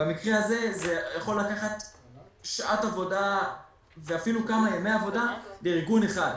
במקרה הזה זה יכול לקחת שעת עבודה ואפילו כמה ימי עבודה בארגון אחד.